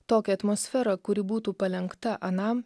tokią atmosferą kuri būtų palenkta anam